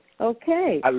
Okay